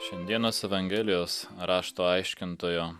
šiandienos evangelijos rašto aiškintojo